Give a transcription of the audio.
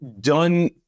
Done